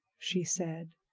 she said,